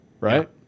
right